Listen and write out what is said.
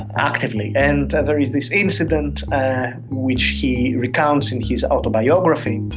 actively. and there is this incident which he recounts in his autobiography,